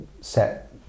set